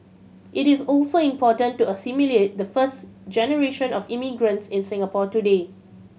it is also important to assimilate the first generation of immigrants in Singapore today